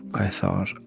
i thought,